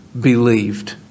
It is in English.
believed